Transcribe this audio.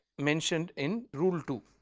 mentioned in rule two.